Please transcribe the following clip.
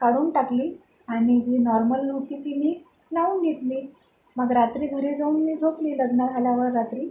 काढून टाकली आणि जी नॉर्मल होती ती मी लावून घेतली मग रात्री घरी जाऊन मी झोपली लग्न झाल्यावर रात्री